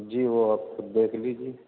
جی وہ آپ خود دیکھ لیجیے